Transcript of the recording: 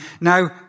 Now